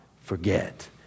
forget